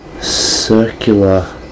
circular